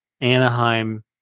Anaheim